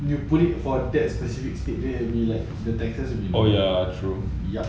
specific state then it will be like the taxes will be like yup